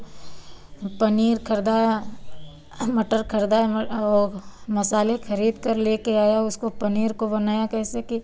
पनीर खरीदा मटर खरीदा मसाले खरीद कर ले कर आया उसको पनीर को बनाया कैसे कि